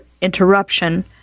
interruption